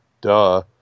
duh